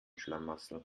schlamassel